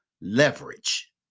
leverage